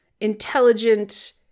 intelligent